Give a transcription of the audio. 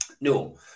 No